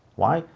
why?